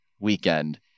weekend